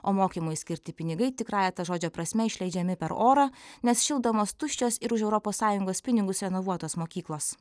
o mokymui skirti pinigai tikrąja to žodžio prasme išleidžiami per orą nes šildomos tuščios ir už europos sąjungos pinigus renovuotos mokyklos